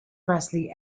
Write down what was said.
presley